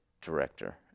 director